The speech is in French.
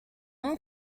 nom